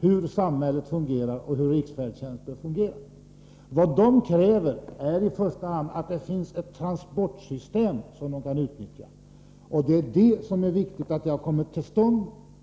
vet hur riksfärdtjänsten fungerar. Vad de kräver är i första hand att det finns ett transportsystem som de kan utnyttja. Det viktiga är att ett sådant har kommit till stånd.